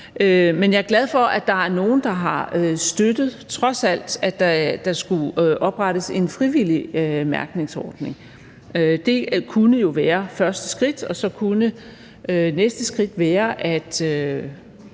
Men jeg er glad for, at der er nogle, der trods alt har støttet, at der skulle oprettes en frivillig mærkningsordning. Det kunne jo være første skridt, og så kunne næste skridt være, at